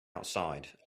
outside